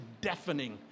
deafening